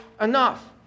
enough